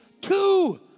two